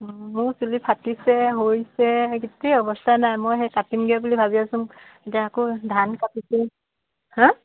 মোৰ চুলি ফাটিছে সৰিছে গোটেই অৱস্থা নাই মই সেই কাটিমগৈ বুলি ভাবি আছোঁ এতিয়া আকৌ ধান কাটিছে হা